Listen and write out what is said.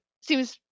seems